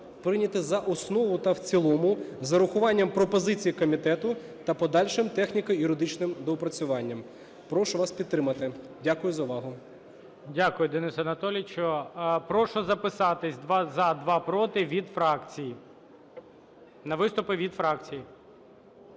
Прийняти за основу та в цілому з врахуванням пропозицій комітету та подальшим техніко-юридичним доопрацюванням. Прошу вас підтримати. Дякую за увагу. ГОЛОВУЮЧИЙ. Дякую Денис Анатолійович. Прошу записатись: два – за, два – проти, від фракцій, на виступи від фракцій.